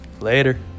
Later